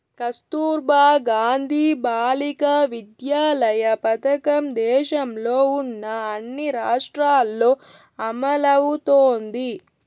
కస్తుర్బా గాంధీ బాలికా విద్యాలయ పథకం దేశంలో ఉన్న అన్ని రాష్ట్రాల్లో అమలవుతోంది